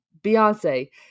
Beyonce